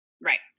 Right